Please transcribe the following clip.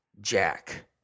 Jack